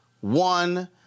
one